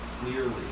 clearly